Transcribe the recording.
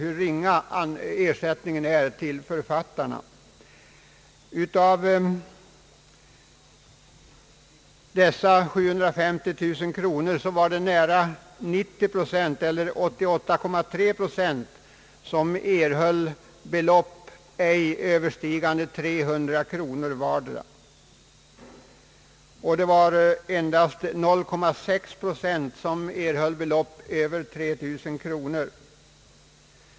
Av författarpenningarna, som utbetalts med sammanlagt cirka 750 000 kronor, understeg 88,3 procent 300 kronor. Endast 0,6 procent utgick med belopp över 3 000 kronor.